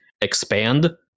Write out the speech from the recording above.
expand